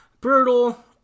brutal